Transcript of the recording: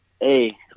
Hey